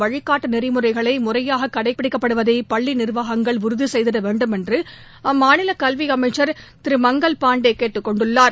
வழிகாட்டுநெறிமுறைகளைமுறையாககடைபிடிக்கப்பிடிப்பதைபள்ளிநிர்வாகங்கள் உறுதிசெய்திடவேண்டுமென்றுஅம்மாநிலகல்விஅமைச்சர் திரு மங்கல் பாண்டேகேட்டுக் கொண்டுள்ளார்